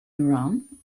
iran